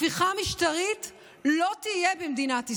הפיכה משטרית לא תהיה במדינת ישראל,